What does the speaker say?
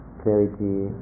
clarity